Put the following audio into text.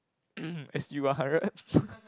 S_G-one-hundred